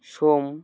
সোম